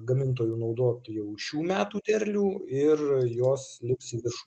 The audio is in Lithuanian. gamintojų naudot jau šių metų derlių ir jos lips į viršų